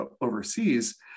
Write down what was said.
overseas